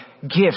gift